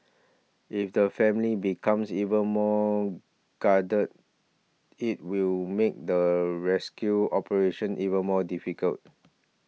if the family becomes even more guarded it will make the rescue operation even more difficult